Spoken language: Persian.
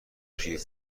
توی